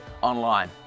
online